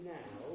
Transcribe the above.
now